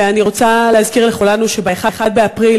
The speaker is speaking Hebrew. ואני רוצה להזכיר לכולנו שב-1 באפריל